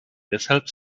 deshalb